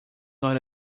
not